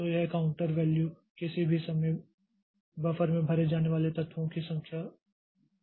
तो यह counter value किसी भी समय बफर में भरे जाने वाले तत्वों की संख्या रखता है